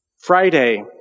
Friday